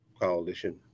coalition